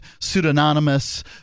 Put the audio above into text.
pseudonymous